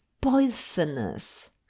poisonous